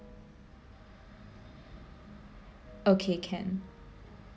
okay can